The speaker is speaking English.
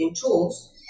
tools